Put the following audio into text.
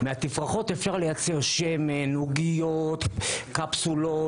מהתפרחות אפשר לייצר שמן, עוגיות, קפסולות.